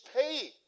paid